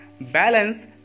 balance